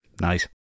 Nice